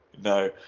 no